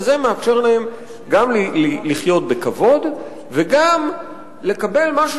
וזה מאפשר להם גם לחיות בכבוד וגם לקבל משהו